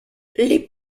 les